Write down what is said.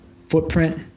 footprint